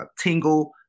tingle